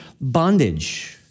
bondage